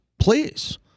Please